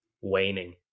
waning